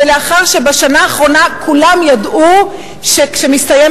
ולאחר שבשנה האחרונה כולם ידעו שכשמסתיימת